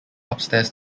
upstairs